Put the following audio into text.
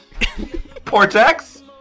Portex